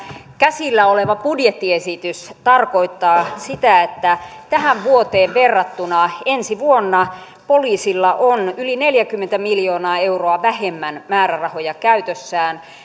käsillä oleva budjettiesitys tarkoittaa sitä että tähän vuoteen verrattuna ensi vuonna poliisilla on yli neljäkymmentä miljoonaa euroa vähemmän määrärahoja käytössään